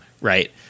right